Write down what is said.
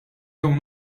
jew